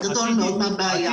מאוד מן הבעיה.